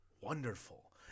wonderful